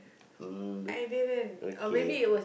mm okay